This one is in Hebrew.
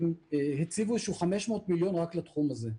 הם הציבו 500 מיליון רק לתחום הזה,